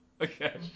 Okay